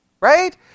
right